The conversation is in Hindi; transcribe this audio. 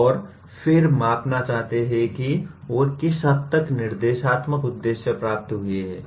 और फिर मापना चाहते हैं कि वे किस हद तक निर्देशात्मक उद्देश्य प्राप्त हुए हैं